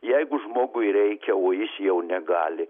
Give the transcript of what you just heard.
jeigu žmogui reikia o jis jau negali